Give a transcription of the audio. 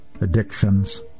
addictions